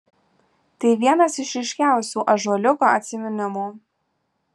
tai vienas iš ryškiausių ąžuoliuko atsiminimų